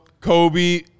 Kobe